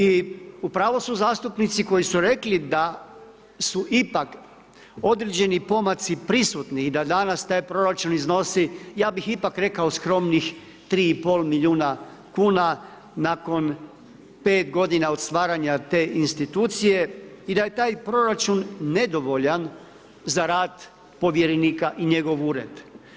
I u pravu su zastupnici koji su rekli da su ipak određeni pomaci prisutni i da danas taj proračun iznosi, ja bih ipak rekao skromnih 3,5 milijuna kuna nakon 5 godina od stvaranja te institucije i da je taj proračun nedovoljan za rad povjerenika i njegov ured.